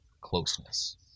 closeness